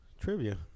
Trivia